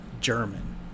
German